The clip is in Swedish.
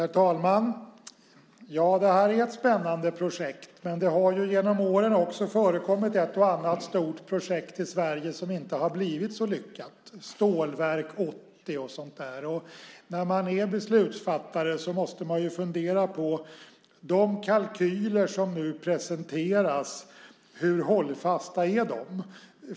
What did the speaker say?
Herr talman! Det här är ett spännande projekt. Men det har genom åren också förekommit ett och annat stort projekt i Sverige som inte har blivit så lyckat, Stålverk 80 och sådant. När man är beslutsfattare måste man ju fundera på hur hållfasta de kalkyler är som nu presenteras.